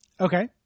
Okay